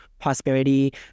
prosperity